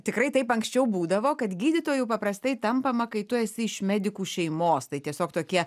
tikrai taip anksčiau būdavo kad gydytojų paprastai tampama kai tu esi iš medikų šeimos tai tiesiog tokie